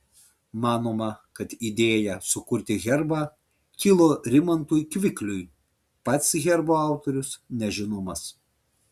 manoma kad idėja sukurti herbą kilo rimantui kvikliui pats herbo autorius nežinomas